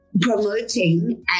promoting